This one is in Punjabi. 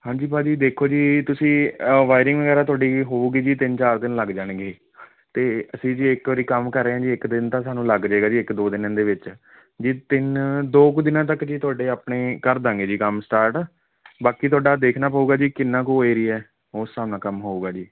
ਹਾਂਜੀ ਭਾਅ ਜੀ ਦੇਖੋ ਜੀ ਤੁਸੀਂ ਵਾਇਰਿੰਗ ਵਗੈਰਾ ਤੁਹਾਡੀ ਹੋਵੇਗੀ ਜੀ ਤਿੰਨ ਚਾਰ ਦਿਨ ਲੱਗ ਜਾਣਗੇ ਅਤੇ ਅਸੀਂ ਜੀ ਇੱਕ ਵਾਰੀ ਕੰਮ ਕਰ ਰਹੇ ਜੀ ਇੱਕ ਦਿਨ ਤਾਂ ਸਾਨੂੰ ਲੱਗ ਜਾਏਗਾ ਜੀ ਇੱਕ ਦੋ ਦਿਨ ਇਹਦੇ ਵਿੱਚ ਜੇ ਤਿੰਨ ਦੋ ਕੁ ਦਿਨਾਂ ਤੱਕ ਜੀ ਤੁਹਾਡੇ ਆਪਣੇ ਕਰ ਦਾਂਗੇ ਜੀ ਕੰਮ ਸਟਾਰਟ ਬਾਕੀ ਤੁਹਾਡਾ ਦੇਖਣਾ ਪਵੇਗਾ ਜੀ ਕਿੰਨਾ ਕੁ ਏਰੀਆ ਉਸ ਹਿਸਾਬ ਨਾਲ ਕੰਮ ਹੋਵੇਗਾ ਜੀ